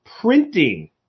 printing